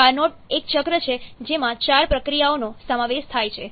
Carnot એક ચક્ર છે જેમાં ચાર પ્રક્રિયાઓનો સમાવેશ થાય છે